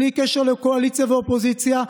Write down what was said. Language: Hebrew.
בלי קשר לקואליציה ואופוזיציה,